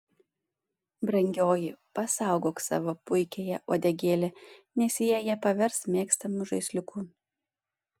brangioji pasaugok savo puikiąją uodegėlę nes jie ją pavers mėgstamu žaisliuku